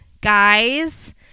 guys